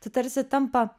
tai tarsi tampa